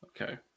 Okay